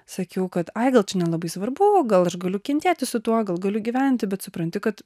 sakiau kad ai gal čia nelabai svarbu o gal aš galiu kentėti su tuogal galiu gyventi bet supranti kad